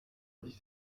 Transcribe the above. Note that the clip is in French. dix